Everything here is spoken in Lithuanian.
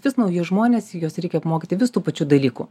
vis nauji žmonės juos reikia apmokyti vis tų pačių dalykų